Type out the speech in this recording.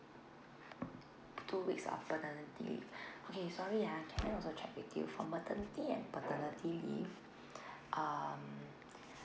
two weeks of paternity leave okay sorry ah can I also check with you for maternity and paternity leave um